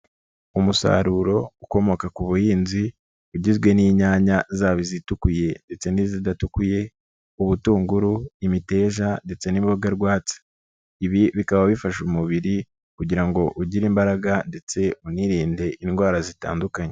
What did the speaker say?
Umusaruro ukomoka ku buhinzi ugizwe n'inyanya zaba izitukuye ndetse n'izidatuku, ubutunguru, imiteja ndetse n'imboga rwatsi, bikaba bifasha umubiri kugira ngo ugire imbaraga ndetse unirinde indwara zitandukanye.